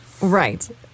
Right